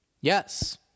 Yes